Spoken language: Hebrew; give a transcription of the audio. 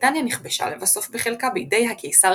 בריטניה נכבשה לבסוף בחלקה בידי הקיסר